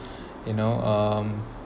you know um